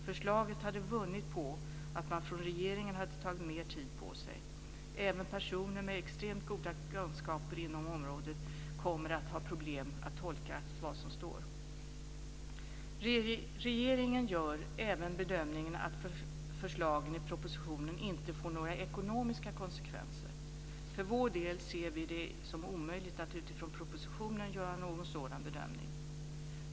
Förslaget hade vunnit på att man från regeringen hade tagit mer tid på sig. Även personer med extremt goda kunskaper inom området kommer att ha problem att tolka vad som står. Regeringen gör även bedömningen att förslagen i propositionen inte får några ekonomiska konsekvenser. För vår del ser vi det som omöjligt att utifrån propositionen göra någon sådan bedömning.